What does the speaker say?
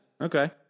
Okay